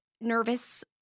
nervous